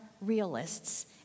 realists